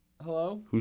Hello